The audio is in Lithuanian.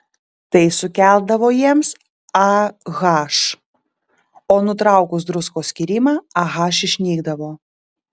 tai sukeldavo jiems ah o nutraukus druskos skyrimą ah išnykdavo